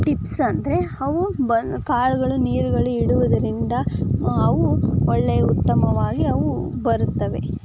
tips ಅಂದರೆ ಅವು ಬಂದು ಕಾಳುಗಳು ನೀರುಗಳು ಇಡುವುದರಿಂದ ಅವು ಒಳ್ಳೆಯ ಉತ್ತಮವಾಗಿ ಅವು ಬರುತ್ತವೆ